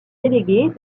délégués